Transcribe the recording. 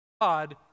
God